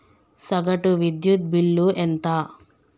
సగటు విద్యుత్ బిల్లు ఎంత?